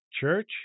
Church